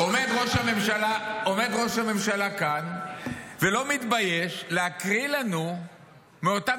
עומד ראש הממשלה כאן ולא מתבייש להקריא לנו מאותם